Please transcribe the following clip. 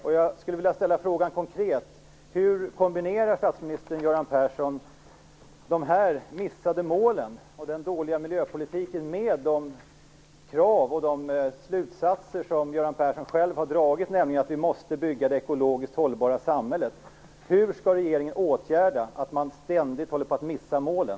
Jag skulle konkret vilja ställa följande fråga: Hur kombinerar statsminister Göran Persson de här missade målen och den dåliga miljöpolitiken med det krav och den slutsats som Göran Persson själv har kommit fram till, nämligen att vi måste bygga det ekologiskt hållbara samhället? Vad skall regeringen göra åt att man ständigt håller på att missa målen?